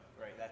right